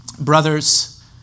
Brothers